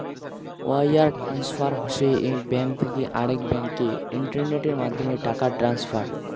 wire transfer হসে এক bank থাকি আরেক ব্যাংকে ইন্টারনেটের মাধ্যমে টাকা ট্রান্সফার